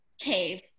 cave